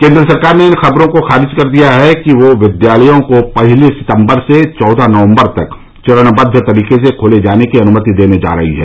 केन्द्र सरकार ने इन खबरों को खारिज कर दिया है कि वह विद्यालयों को पहली सितम्बर से चौदह नवम्बर तक चरणबद्व तरीके से खोले जाने की अनुमति देने जा रही है